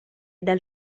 dal